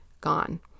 gone